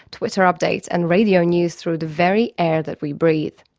twitter updates and radio news through the very air that we breathe.